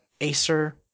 Acer